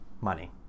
money